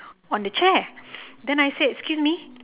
on the chair then I said excuse me